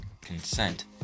consent